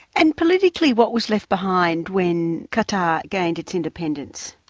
and politically what was left behind when qatar gained its independence?